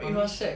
mummy s~